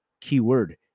Keyword